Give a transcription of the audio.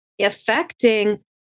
affecting